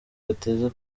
bateze